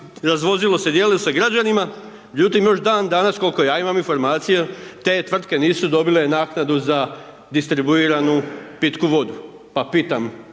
razvozilo se, dijelilo se građanima. Međutim, još dan danas, koliko ja imam informacije, te tvrtke nisu dobile naknadu za distribuiranu pitku vodu, pa pitam,